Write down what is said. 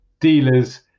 dealers